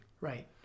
Right